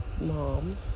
mom